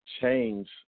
change